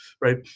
Right